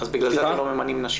אז בגלל זה אתם לא ממנים נשים,